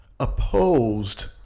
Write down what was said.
Opposed